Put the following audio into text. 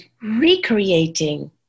recreating